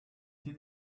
see